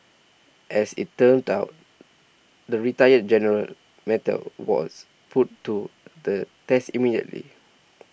as it turned out the retired general's mettle was put to the test immediately